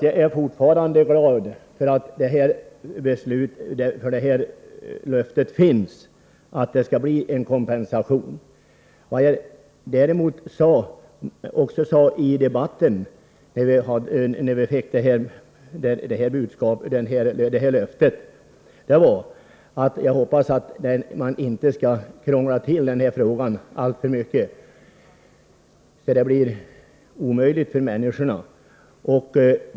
Jag är fortfarande glad för att löfte har getts om att det skall utgå kompensation. Jag sade däremot i debatten när löftet gavs att jag hoppades att det hela inte skall krånglas till för mycket, så att det blir omöjligt för människorna att förstå bestämmelserna.